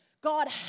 God